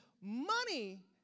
money